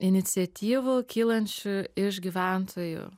iniciatyvų kylančių iš gyventojų